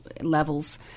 levels